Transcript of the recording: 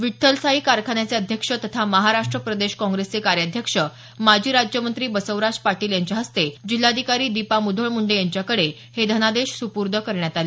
विठ्ठलसाई कारखान्याचे अध्यक्ष तथा महाराष्ट्र प्रदेश काँग्रेसचे कार्याध्यक्ष माजी राज्यमंत्री बसवराज पाटील यांच्या हस्ते जिल्हाधिकारी दीपा मुधोळ मुंडे यांच्याकडे हे धनादेश सुपूर्द करण्यात आले